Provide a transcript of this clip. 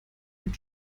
den